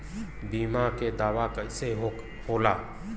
बीमा के दावा कईसे होला?